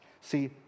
See